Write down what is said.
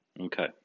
Okay